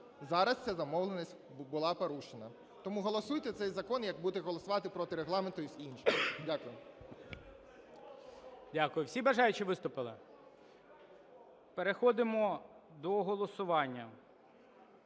зараз ця домовленість була порушена. Тому голосуйте цей закон, як будете голосувати проти Регламенту і інші. Дякую. ГОЛОВУЮЧИЙ. Дякую. Всі бажаючі виступили? Переходимо до голосування.